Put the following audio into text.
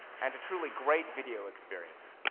and a truly great video experience.